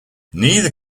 neither